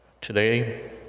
today